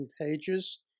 pages